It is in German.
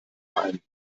ein